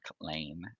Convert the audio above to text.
Lane